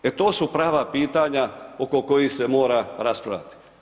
E to su prava pitanja oko kojih se mora raspravljati.